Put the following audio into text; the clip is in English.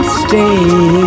stay